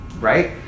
Right